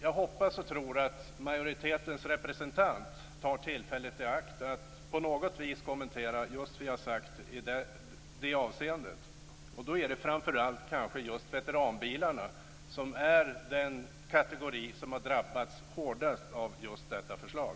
Jag hoppas och tror att majoritetens representant tar tillfället i akt och på något vis kommenterar just vad som sagts i det avseendet. Kanske är det framför allt kategorin veteranbilar som hårdast drabbas av just detta förslag.